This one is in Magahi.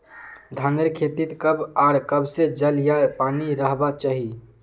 धानेर खेतीत कब आर कब से जल या पानी रहबा चही?